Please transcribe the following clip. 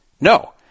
No